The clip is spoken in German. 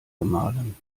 gemahlen